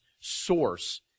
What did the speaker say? source